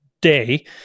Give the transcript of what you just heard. day